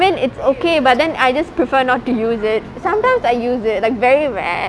I mean it's okay but then I just prefer not to use it sometimes I use it like very rare